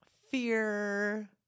fear